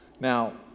Now